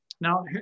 Now